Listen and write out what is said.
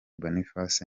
boniface